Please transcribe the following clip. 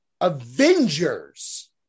Avengers